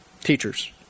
Teachers